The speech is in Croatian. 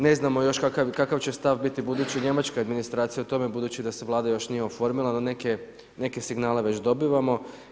Ne znamo, još kakav će stav biti, budući da je Njemačka administracija je u tome, budući da se Vlada još nije oformila, na neke, signale već dobivamo.